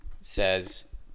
says